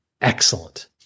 excellent